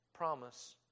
Promise